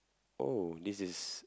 oh this is